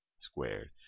squared